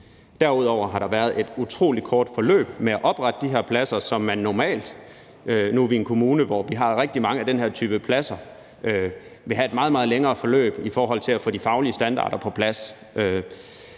Derudover har der været et utrolig kort forløb med at oprette de her pladser, hvor man normalt – nu er vi en kommune, hvor vi har rigtig mange af den her type pladser – vil have et meget, meget længere forløb i forhold til at få de faglige standarder på plads.